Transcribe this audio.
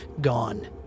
gone